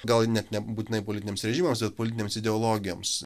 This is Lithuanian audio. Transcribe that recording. gal net nebūtinai politiniams režimams bet politinėms ideologijoms